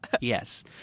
Yes